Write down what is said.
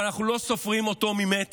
אבל אנחנו לא סופרים אותו ממטר.